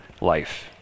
life